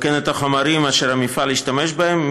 וכן את החומרים אשר המפעל השתמש בהם.